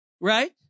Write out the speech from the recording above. right